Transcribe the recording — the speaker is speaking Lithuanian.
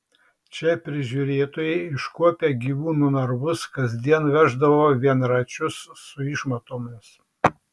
čia prižiūrėtojai iškuopę gyvūnų narvus kasdien veždavo vienračius su išmatomis